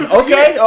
okay